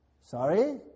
Sorry